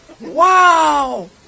Wow